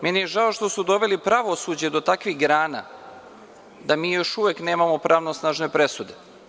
Meni je žao što su doveli pravosuđe do takvih grana da mi još uvek nemamo pravosnažne presude.